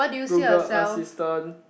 Google assistant